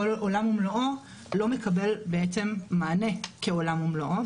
כל עולם ומלואו לא מקבל בעצם מענה כעולם ומלואו,